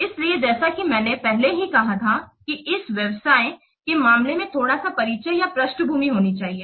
इसलिए जैसा कि मैंने पहले ही कहा था कि इस व्यावसाय के मामले में थोड़ा सा परिचय या पृष्ठभूमि होनी चाहिए